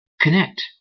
connect